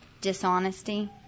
dishonesty